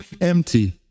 empty